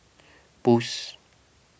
Boost